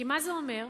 כי מה זה אומר?